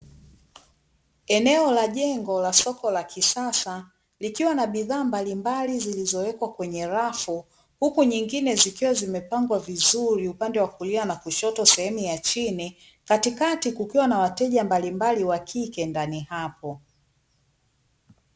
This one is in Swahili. Eneo la jengo la soko la kisasa likiwa na bidhaa mbalimbali zilizowekwa kwenye rafu, huku nyingine zikiwa zimepangwa vizuri upande wa kulia na kushoto sehemu ya chini, katikati kukiwa na wateja mbalimbali wa kike ndani hapo.